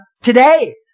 today